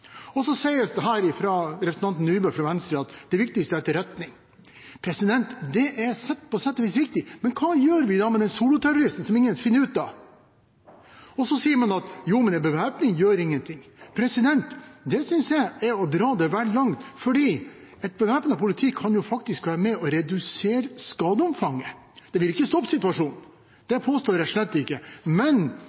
sin. Så sies det her av representanten Nybø fra Venstre at det viktigste er etterretning. Det er på sett og vis riktig, men hva gjør vi da med den soloterroristen som ingen finner ut av? Så sier man at jo, men bevæpning gjør ingenting. Det synes jeg er å dra det vel langt, for et bevæpnet politi kan faktisk være med på å redusere skadeomfanget. Det vil ikke stoppe situasjonen, det påstår jeg slett ikke, men